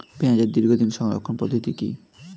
পেঁয়াজের দীর্ঘদিন সংরক্ষণ পদ্ধতি কি?